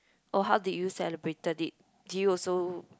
oh how did you celebrated it did you also